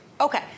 Okay